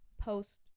post